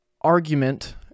argument